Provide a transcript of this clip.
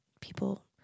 people